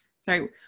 sorry